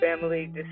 family